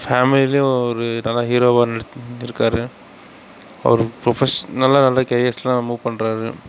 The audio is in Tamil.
ஃபேமிலிலியும் ஒரு நல்ல ஹீரோவாக இருந் இருந்திருக்கார் அவர் ப்ரோபெஷனலாக நல்ல கேரியர்ஸ்லான் மூவ் பண்ணறார்